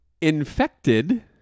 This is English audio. infected